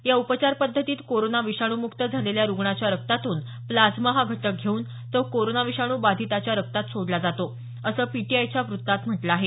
या उपचार पद्धतीत कोरोना विषाणूमुक्त झालेल्या रुग्णाच्या रक्तातून प्लाझ्मा हा घटक घेऊन तो कोरोना विषाणू बाधिताच्या रक्तात सोडला जातो असं पीटीआयच्या वृत्तात म्हटलं आहे